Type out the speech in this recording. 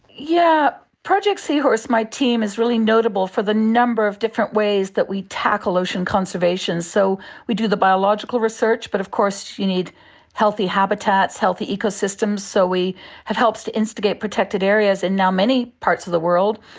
yeah project seahorse, my team, is really notable for the number of different ways that we tackle ocean conservation. so we do the biological research, but of course you need healthy habitats, healthy ecosystems, so we have helped to instigate protected areas in now many parts of the world,